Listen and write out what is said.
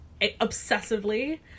obsessively